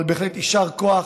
אבל בהחלט יישר כוח